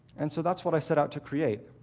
and so that's what i set out to create.